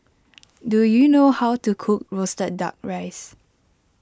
do you know how to cook Roasted Duck Rice